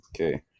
Okay